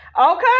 Okay